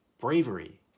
bravery